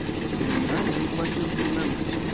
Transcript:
seeing none any questions from members?